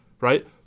right